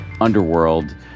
underworld